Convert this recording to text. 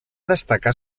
destacar